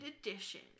edition